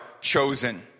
chosen